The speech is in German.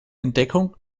entdeckung